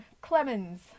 Clemens